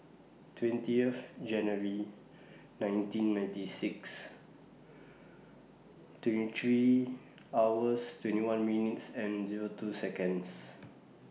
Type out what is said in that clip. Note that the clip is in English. twentieth January nineteen ninety six twenty three hours twenty one minutes and Zero two Seconds